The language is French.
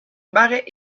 barret